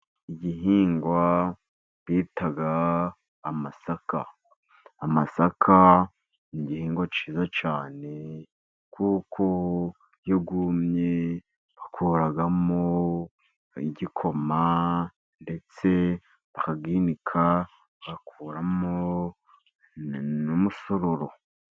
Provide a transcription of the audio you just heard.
Igihingwa bita amasaka. Amasaka ni igihingwa cyiza cyane, kuko iyo yumye bakoramo igikoma ndetse bakayinika, bagakuramo n'umusororo.